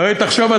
הרי תחשוב,